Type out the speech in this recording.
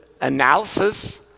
analysis